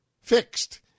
fixed